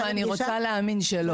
ואני רוצה להאמין שלא.